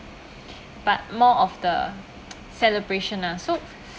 but more of the celebration ah so